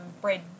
bread